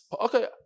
okay